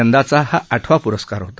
यंदाचा हा आठवा प्रस्कार होता